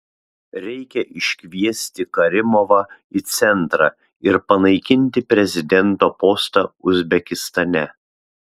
reikia iškviesti karimovą į centrą ir panaikinti prezidento postą uzbekistane